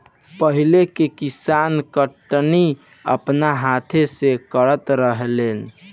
पहिले के किसान कटनी अपना हाथ से करत रहलेन